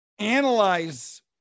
analyze